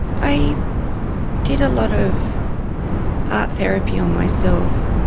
i did a lot of art therapy on myself.